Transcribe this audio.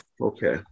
Okay